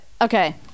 okay